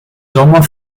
sommer